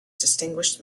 distinguished